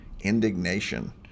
indignation